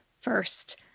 first